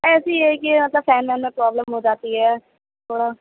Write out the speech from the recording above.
ایسی یہ ہے کہ مطلب فین وین میں پروبلم ہو جاتی ہے تھوڑا